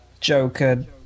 Joker